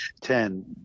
Ten